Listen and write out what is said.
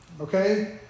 okay